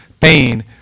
pain